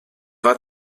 war